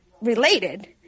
related